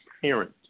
parent